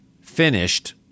finished